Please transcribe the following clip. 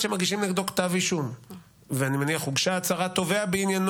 מעתה ואילך חייבת הממשלה